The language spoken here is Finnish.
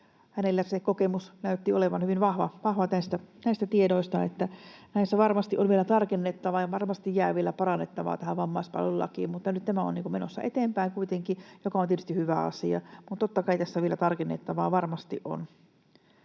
Hänellä se kokemus näytti olevan hyvin vahva näistä tiedoista, niin että näissä varmasti on vielä tarkennettavaa ja varmasti jää vielä parannettavaa tähän vammaispalvelulakiin. Nyt tämä on menossa eteenpäin kuitenkin, mikä on tietysti hyvä asia. Mutta totta kai tässä vielä tarkennettavaa varmasti on,